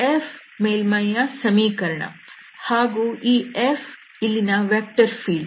f ಮೇಲ್ಮೈಯ ಸಮೀಕರಣ ಹಾಗೂ ಈ F ಇಲ್ಲಿನ ವೆಕ್ಟರ್ ಫೀಲ್ಡ್